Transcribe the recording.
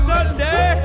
Sunday